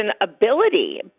ability